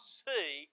see